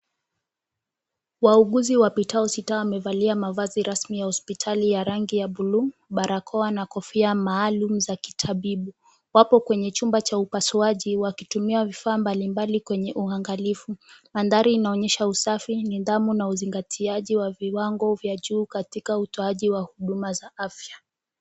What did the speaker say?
Wauguzi wa Pitao Sita amevalia mavazi rasmi ya hospitali ya rangi ya buluu, barakoa na kofia ya maalum za kitabibu. Wapo kwenye chumba cha upasuaji wakitumia vifaa mbalimbali kwenye uangalifu. Mandhari inaonyesha usafi, nidhamu, na uzingatiaji wa viwango vya juu katika utoaji wa huduma za afya.